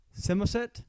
Simoset